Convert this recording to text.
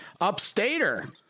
upstater